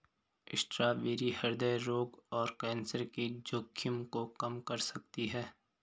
strawberry हृदय रोग और कैंसर के जोखिम को कम कर सकती है